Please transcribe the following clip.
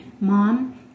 mom